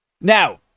Now